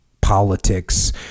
politics